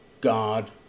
God